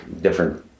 different